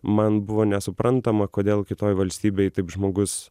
man buvo nesuprantama kodėl kitoj valstybėj taip žmogus